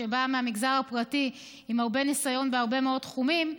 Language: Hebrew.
שבא מהמגזר הפרטי עם הרבה ניסיון בהרבה מאוד תחומים,